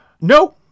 No